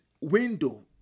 window